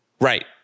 Right